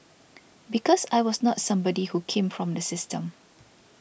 because I was not somebody who came from the system